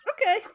Okay